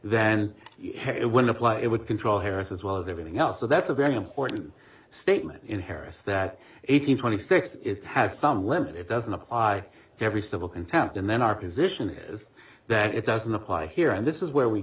then it would apply it would control hearings as well as everything else so that's a very important statement in harris that eighteen twenty six it has some limit it doesn't apply to every civil contempt and then our position is that it doesn't apply here and this is where we